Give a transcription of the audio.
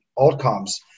outcomes